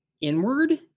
inward